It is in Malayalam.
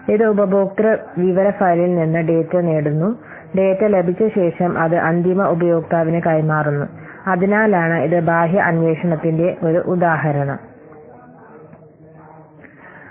ഇത് ഉപഭോക്തൃ വിവര ഫയലിൽ നിന്ന് ഡാറ്റ നേടുന്നു ഡാറ്റ ലഭിച്ച ശേഷം അത് അന്തിമ ഉപയോക്താവിന് കൈമാറുന്നു അതിനാലാണ് ഇത് ബാഹ്യ അന്വേഷണത്തിന്റെ ഒരു ഉദാഹരണം ആണ്